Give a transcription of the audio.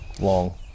long